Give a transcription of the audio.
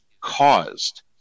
caused